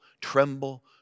tremble